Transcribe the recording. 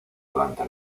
durante